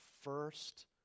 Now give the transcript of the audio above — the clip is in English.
first